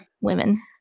women